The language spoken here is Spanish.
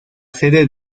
sede